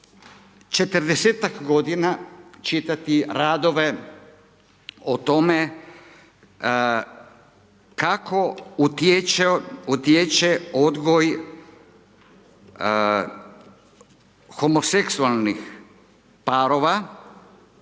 40-tak godina čitati radove o tome kako utječe odgoj homoseksualnih parova,